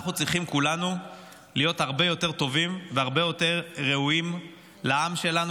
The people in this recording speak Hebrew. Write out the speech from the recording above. אנחנו צריכים כולנו להיות הרבה יותר טובים והרבה יותר ראויים לעם שלנו.